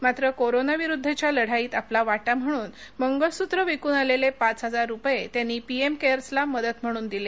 मात्र कोरोनाविरुद्धच्या लढाईत आपला वाटा म्हणून मंगळसूत्र विकून आलेले पाच हजार रुपये त्यांनी पीएम केअर्सला मदत म्हणून दिले